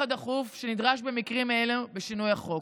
הדחוף שנדרש במקרים אלו בשינוי החוק.